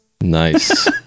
Nice